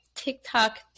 TikTok